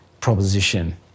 proposition